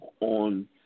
on